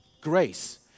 grace